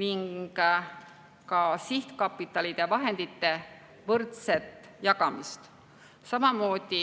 ning sihtkapitalide vahendite võrdset jagamist, aga ka